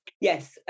Yes